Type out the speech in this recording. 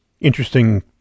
interesting